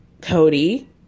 Cody